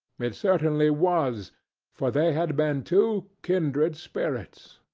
it certainly was for they had been two kindred spirits.